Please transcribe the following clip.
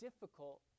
difficult